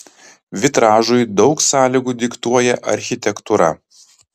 vitražui daug sąlygų diktuoja architektūra